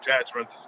attachments